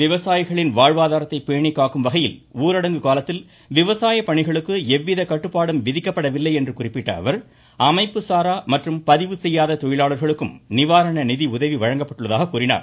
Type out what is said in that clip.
விவசாயிகளின் வாழ்வாதாரத்தை பேணி காக்கும் வகையில் ஊரடங்கு காலத்தில் விவசாயப் பணிகளுக்கு எவ்வித கட்டுப்பாடும் விதிக்கப்படவில்லை என்று குறிப்பிட்ட அவர் அமைப்பு சாரா மற்றும் பதிவு செய்யாத தொழிலாளர்களுக்கும் நிவாரண நிதி உதவி வழங்கப்பட்டுள்ளதாக கூறினார்